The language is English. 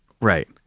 right